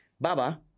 Baba